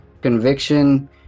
conviction